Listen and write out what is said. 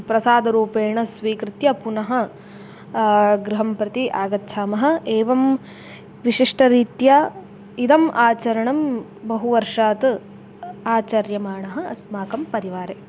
प्रसादरूपेण स्वीकृत्य पुनः गृहं प्रति आगच्छामः एवं विशिष्टरीत्या इदम् आचरणं बहुवर्षात् आचर्यमाणः अस्माकं परिवारे